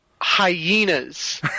hyenas